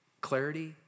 clarity